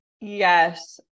yes